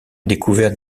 découvert